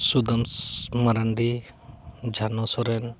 Sudarshan Marandi Jhano Soren